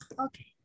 Okay